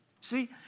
See